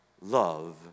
love